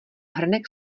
hrnek